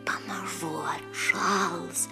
pamažu šals